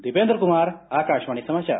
दीपेन्द्र कुमार आकाशवाणी समाचार